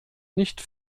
nicht